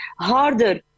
harder